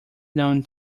known